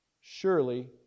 surely